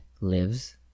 lives